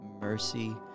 mercy